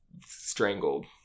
strangled